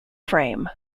frame